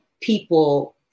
people